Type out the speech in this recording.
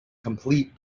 complete